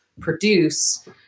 produce